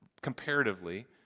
comparatively